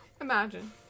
Imagine